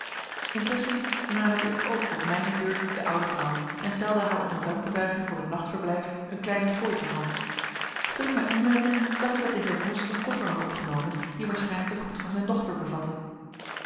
intusschen naderde ik ook op mijne beurt de oude vrouw en stelde haar onder dankbetuiging voor het nachtverblijf eene kleine fooi ter hand toen ik mij omwendde zag ik dat de heer bos een koffer had opgenomen die waarschijnlijk het goed van zijn dochter bevatte